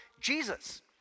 Jesus